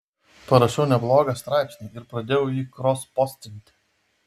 parašiau neblogą straipsnį ir pradėjau jį krospostinti